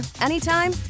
anytime